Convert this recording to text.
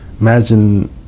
imagine